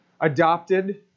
adopted